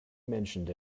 mentioned